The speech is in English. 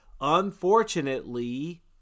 unfortunately